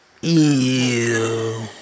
Ew